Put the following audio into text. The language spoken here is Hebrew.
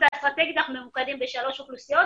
האסטרטגית אנחנו ממוקדים בשלוש אוכלוסיות,